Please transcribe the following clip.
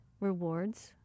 rewards